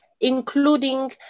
including